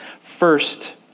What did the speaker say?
First